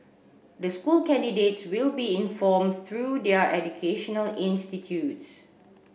the school candidates will be informed through their educational institutes